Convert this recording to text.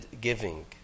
giving